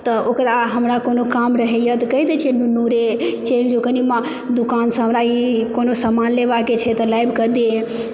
तऽ ओकरा हमरा कोनो काम रहैया तऽ कहि दै छियै नुनु रे चलि जो कनी दुकानसँ हमरा ई कोनो सामान लेबऽके छै तऽ लाबि कऽ दे